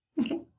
Okay